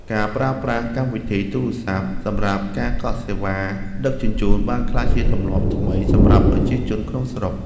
ការប្រើប្រាស់កម្មវិធីទូរស័ព្ទសម្រាប់ការកក់សេវាដឹកជញ្ជូនបានក្លាយជាទម្លាប់ថ្មីសម្រាប់ប្រជាជនក្នុងស្រុក។